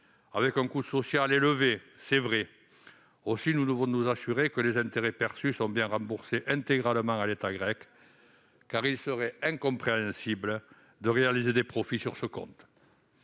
vrai, un coût social élevé. Aussi, nous devons nous assurer que les intérêts perçus sont bien remboursés intégralement à l'État grec, car il serait incompréhensible de réaliser des profits sur ce compte.